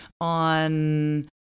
on